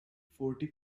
forty